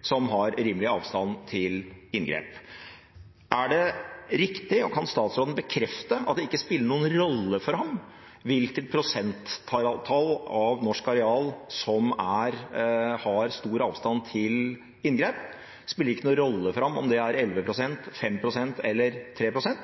som har rimelig avstand til inngrep. Er det riktig, og kan statsråden bekrefte at det ikke spiller noen rolle for ham hvilket prosenttall av norsk areal som har stor avstand til inngrep? Spiller det ikke noen rolle for ham om det er 11 pst., 5 pst. eller 3 pst.